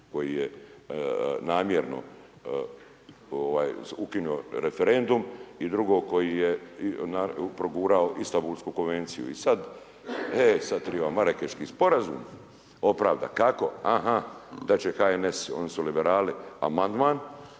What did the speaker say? koji je namjerno ovaj ukinuo referendum i drugo koji je progurao Istanbulsku konvenciju. I sad, e sad triba Marakeški sporazum opravdat kako, ah dat će HNS oni su liberali amandman,